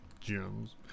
gems